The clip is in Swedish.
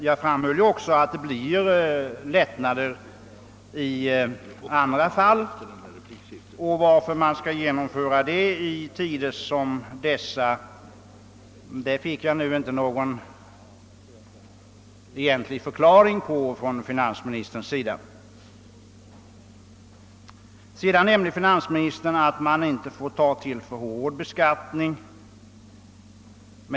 Jag framhöll dock att det blir lättnader i andra fall och jag fick inte någon egentlig förklaring från finansministern till vad som är anledningen till att sådana skall genomföras i tider som dessa. Vidare sade finansministern att man inte får tillgripa en för hård beskattning.